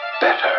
better